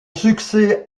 succès